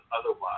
otherwise